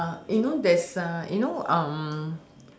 uh you know there is a you know um